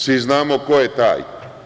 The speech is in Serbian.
Svi znamo ko je taj.